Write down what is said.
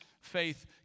faith